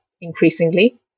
increasingly